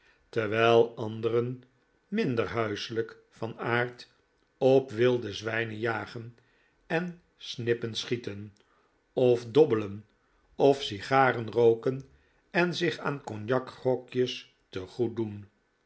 terwijl anderen minder huiselijk van aard op wilde zwijnen jagen en snippen schieten of dobbelen of sigaren rooken en zich aan cognac grogjes te goed doen